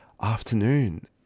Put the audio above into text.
afternoon